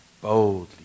boldly